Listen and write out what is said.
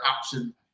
option